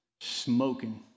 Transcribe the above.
smoking